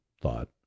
thought